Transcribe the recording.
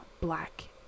black